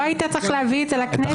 לא היית צריך להביא את זה לכנסת.